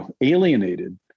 alienated